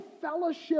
fellowship